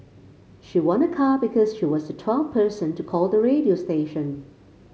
she won a car because she was the twelfth person to call the radio station